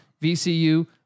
VCU